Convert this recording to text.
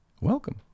welcome